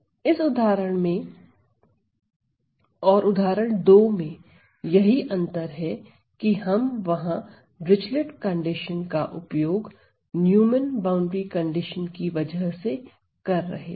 इस उदाहरण में और उदाहरण दो में यही अंतर है की हम वहां डिरिचलिट कंडीशन का उपयोग न्यूमन बाउंड्री कंडीशन की वजह से कर रहे थे